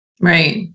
Right